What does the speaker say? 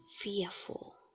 fearful